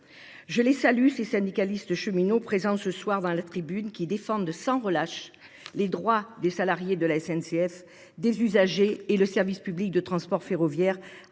Je les salue ces syndicalistes cheminots présents ce soir dans la tribune qui défendent de sans relâche les droits des salariés de la SNCF, des usagers et le service public de transport ferroviaire